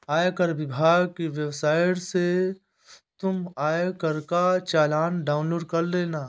आयकर विभाग की वेबसाइट से तुम आयकर का चालान डाउनलोड कर लेना